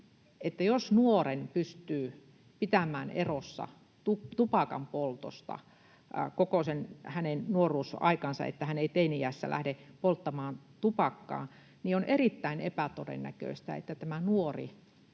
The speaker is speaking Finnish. että jos nuoren pystyy pitämään erossa tupakanpoltosta koko hänen nuoruusaikansa, niin että hän ei teini-iässä lähde polttamaan tupakkaa, niin on erittäin epätodennäköistä, että tämä nuori